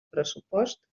pressupost